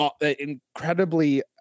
incredibly